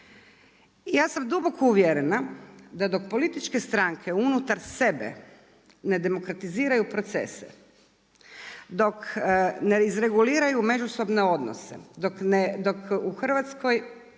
ja sam duboko uvjerena da dok političke stranke unutar sebe ne demokratiziraju procese, dok ne izreguliraju međusobne odnose, dok u Hrvatskoj